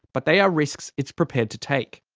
but they are risks it's prepared to take.